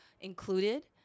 included